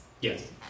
Yes